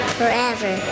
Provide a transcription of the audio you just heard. forever